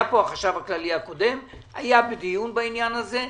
החשב הכללי הקודם היה פה בדיון בעניין הזה.